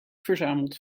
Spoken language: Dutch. verzameld